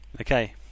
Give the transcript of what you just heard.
Okay